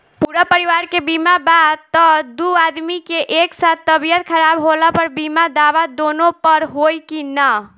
पूरा परिवार के बीमा बा त दु आदमी के एक साथ तबीयत खराब होला पर बीमा दावा दोनों पर होई की न?